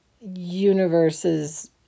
universes